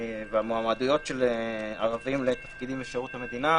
והמועמדויות של ערבים לתפקידים בשירות המדינה.